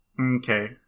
Okay